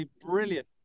brilliant